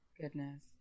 Goodness